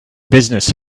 business